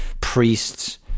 priests